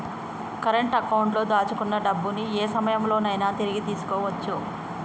current అకౌంట్లో దాచుకున్న డబ్బుని యే సమయంలోనైనా తిరిగి తీసుకోవచ్చు